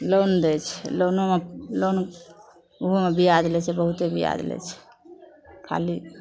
loan दै छै लोनोमे लोन ओहोमे बिआज लोकके दै छै बिआज लै छै खाली